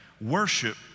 Worship